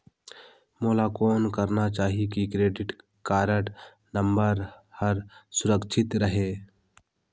मोला कौन करना चाही की क्रेडिट कारड नम्बर हर सुरक्षित रहे?